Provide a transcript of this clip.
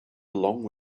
along